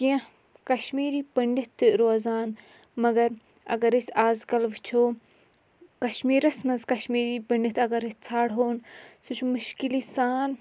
کیٚنٛہہ کَشمیٖری پٔنٛڈِتھ تہِ روزان مگر اَگر أسۍ آز کَل وٕچھو کَشمیٖرَس منٛز کَشمیٖری پٔنٛڈِتھ اَگر أسۍ ژھانٛڈہون سُہ چھُ مُشکِلی سان